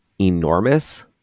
enormous